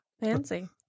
Fancy